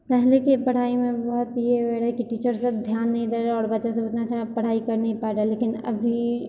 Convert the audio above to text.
पहिलेके पढ़ाइमे बहुत ई होइ रहै कि टीचरसब धिआन नहि दै रहै आओर बच्चासब एतना अच्छा पढ़ाइ करि नहि पाबि रहल रहै लेकिन अभी